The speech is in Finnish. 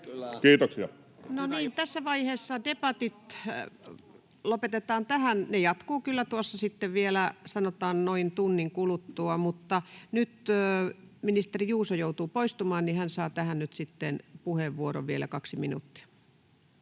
niin. Tässä vaiheessa debatit lopetetaan tähän. Ne jatkuvat kyllä tuossa sitten vielä, sanotaan, noin tunnin kuluttua. — Mutta kun ministeri Juuso joutuu poistumaan, niin hän saa tähän nyt sitten vielä puheenvuoron, kaksi minuuttia.